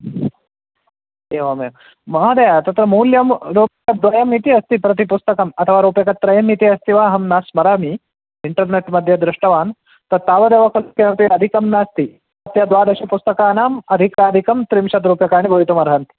एवमेव महोदय तत्र मूल्यं रूप्यकद्वयमस्ति अस्ति प्रति पुस्तकम् अथवा रूप्यकत्रयम् इति अस्ति वा अहं न स्मरामि इण्टर्नेट्मध्ये दृष्टवान् तत् तावदेव पृष्ठे अपि अधिकं नास्ति अत्र द्वादशपुस्तकानाम् अधिकाधिकं त्रिंशत् रूप्यकाणि भवितुमर्हन्ति